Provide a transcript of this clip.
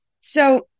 So-